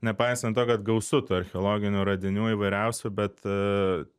nepaisant to kad gausu tų archeologinių radinių įvairiausių bet